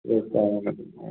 இல்லை சாயங்காலத்துக்கு போகணும்